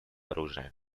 оружие